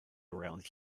around